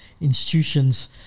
institutions